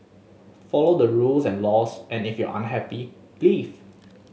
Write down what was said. follow the rules and laws and if you're unhappy leave